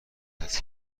است